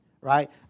right